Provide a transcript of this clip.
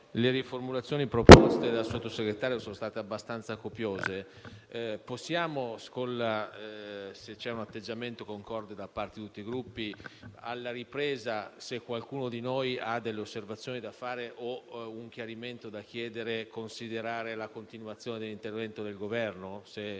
le riformulazioni proposte dal Sottosegretario sono abbastanza copiose, se c'è un atteggiamento concorde da parte di tutti i Gruppi propongo che alla ripresa, se qualcuno di noi ha delle osservazioni da fare o un chiarimento da chiedere, possa farlo in continuazione con l'intervento del Governo,